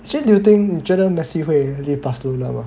actually do you think in general Messi 会 leave Barcelona